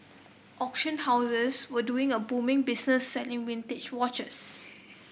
auction houses were doing a booming business selling vintage watches